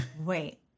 Wait